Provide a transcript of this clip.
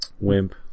Wimp